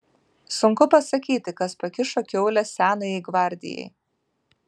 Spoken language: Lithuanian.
sunku pasakyti kas pakišo kiaulę senajai gvardijai